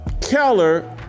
Keller